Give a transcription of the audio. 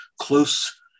close